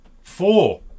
Four